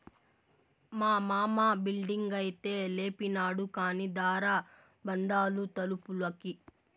మా మామ బిల్డింగైతే లేపినాడు కానీ దార బందాలు తలుపులకి